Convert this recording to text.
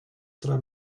tra